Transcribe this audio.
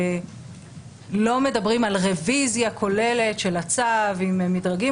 אנחנו לא מדברים על רביזיה כוללת של הצו עם מדרגים